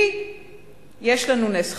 כי יש לנו נס חדש.